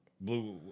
Blue